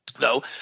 No